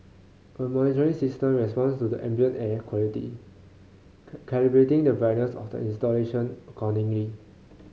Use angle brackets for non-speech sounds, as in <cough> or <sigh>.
a monitoring system responds to the ambient air quality <unintelligible> calibrating the brightness of the installation accordingly